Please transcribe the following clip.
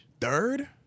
third